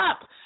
up